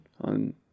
on